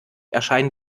erscheinen